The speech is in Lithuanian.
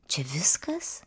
čia viskas